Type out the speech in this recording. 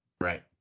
right